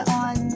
on